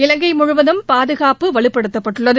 இலங்கை முழுவதும் பாதுகாப்பு வலுப்படுத்தப்பட்டுள்ளது